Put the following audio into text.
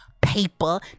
paper